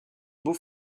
beaux